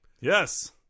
yes